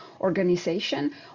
organization